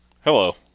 Hello